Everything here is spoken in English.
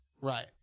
right